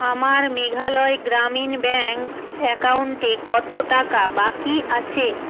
আমার মেঘালয় গ্রামীণ ব্যাঙ্ক অ্যাকাউন্টে কত টাকা বাকি আছে